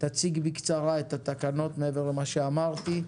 תציג בקצרה את התקנות מעבר למה שאמרתי.